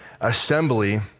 assembly